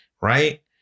right